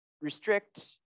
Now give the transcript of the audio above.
restrict